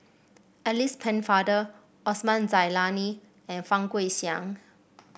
Alice Pennefather Osman Zailani and Fang Guixiang